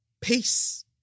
Peace